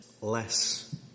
Less